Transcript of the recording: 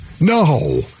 No